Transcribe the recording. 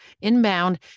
Inbound